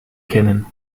kennen